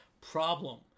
problem